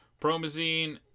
promazine